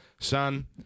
son